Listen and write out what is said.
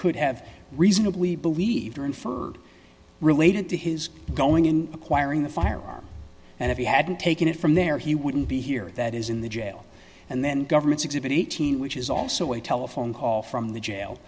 could have reasonably believed or inferred related to his going in acquiring the firearm and if he hadn't taken it from there he wouldn't be here that is in the jail and then government's exhibit eighteen which is also a telephone call from the jail